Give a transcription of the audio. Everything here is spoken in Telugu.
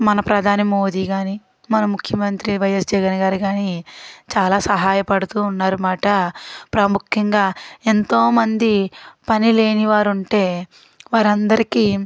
మన ప్రధాని మోదీ కానీ మన ముఖ్యమంత్రి వైఎస్ జగన్ గారు కానీ చాలా సహాయపడుతూ ఉన్నారన్నమాట ప్రాముఖ్యంగా ఎంతోమంది పని లేని వారు ఉంటే వారందరికీ